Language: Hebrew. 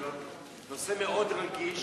זה נושא מאוד רגיש,